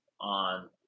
on